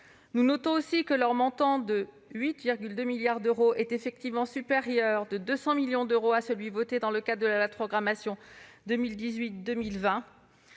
Nous notons aussi que leur montant, de 8,2 milliards d'euros, est effectivement supérieur de 200 millions d'euros au budget voté dans le cadre de la loi de programmation 2018-2022